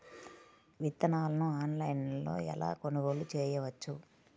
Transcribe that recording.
విత్తనాలను ఆన్లైనులో ఎలా కొనుగోలు చేయవచ్చు?